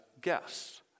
guests